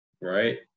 Right